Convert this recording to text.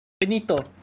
Benito